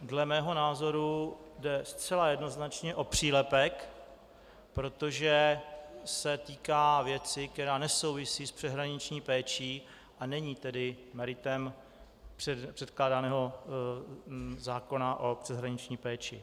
Dle mého názoru jde zcela jednoznačně o přílepek, protože se týká věci, která nesouvisí s přeshraniční péčí, a není tedy meritem předkládaného zákona o přeshraniční péči.